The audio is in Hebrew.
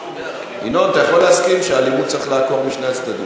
אתה יכול להסכים שאלימות צריך לעקור משני הצדדים,